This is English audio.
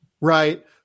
right